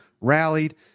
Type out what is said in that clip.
rallied